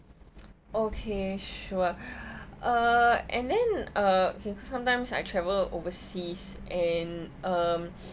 okay sure uh and then uh okay sometimes I travel overseas and um